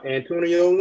Antonio